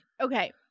Okay